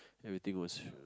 everything was